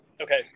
okay